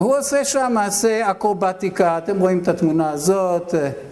הוא עושה שם מעשה אקרובטיקה, אתם רואים את התמונה הזאת.